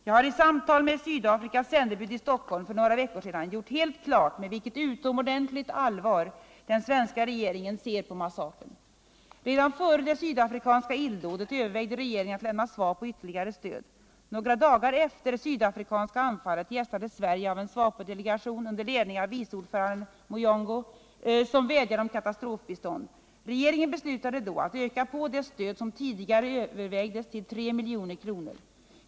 Jag hari ett samtal med Sydafrikas sändebud i Stockholm för några veckor sedan gjort helt klart med vilket utomordentligt allvar den svenska regeringen ser på massakern. Redan före det sydafrikanska illdådet övervägde regeringen att lämna SWAPO ytterligare stöd. Några dagar efter det sydafrikanska anfallet gästades Sverige av en SWAPO-delegation, under ledning av vice ordföranden Muyongo, som vädjade om katastrofbistånd. Regeringen beslutade då att öka på det stöd, som tidigare övervägdes, till 3 milj.kr.